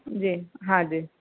जी हा जी